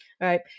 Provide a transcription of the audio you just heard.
right